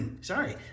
sorry